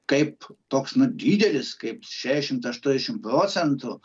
kaip toks nu didelis kaip šešiasdešimt aštuoniasdešimt procentų